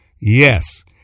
yes